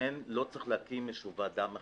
לא צריך להקים ועדה חדשה.